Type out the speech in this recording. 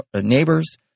neighbors